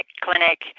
clinic